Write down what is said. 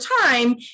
time